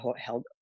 held